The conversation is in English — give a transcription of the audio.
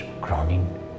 crowning